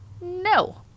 no